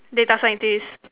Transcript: data scientist